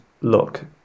look